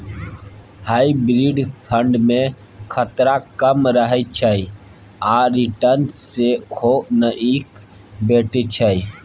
hybrid fund मे खतरा कम रहय छै आ रिटर्न सेहो नीक भेटै छै